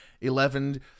Eleven